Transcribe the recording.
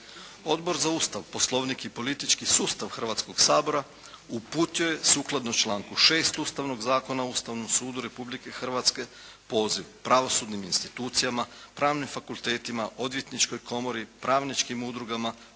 Odbor za Ustav, Poslovnik i politički sustav Hrvatskog sabora uputio je sukladno članku 6. Ustavnog zakona o Ustavnom sudu Republike Hrvatske poziv pravosudnim institucijama, pravnim fakultetima, odvjetničkoj komori, pravničkim udrugama,